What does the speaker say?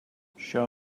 show